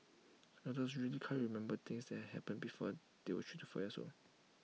adults usually can remember things that happened before they were three to four years old